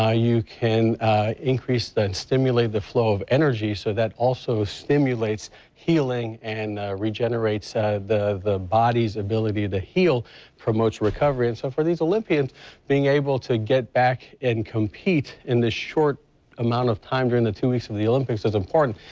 ah you can increase the and stimulate the flow of energy so that also stimulates healing and regenerates the the body's ability to heal promotes recovery and so for these olympians being able to get back and compete in this short amount of time during the two weeks of the olympics is important.